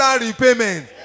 repayment